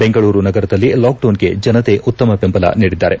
ಬೆಂಗಳೂರು ನಗರದಲ್ಲಿ ಲಾಕ್ಡೌನ್ಗೆ ಜನತೆ ಉತ್ತಮ ಬೆಂಬಲ ನೀಡಿದ್ದಾರೆ